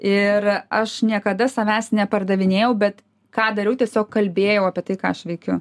ir aš niekada savęs nepardavinėjau bet ką dariau tiesiog kalbėjau apie tai ką aš veikiu